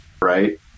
right